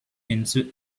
into